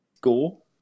Go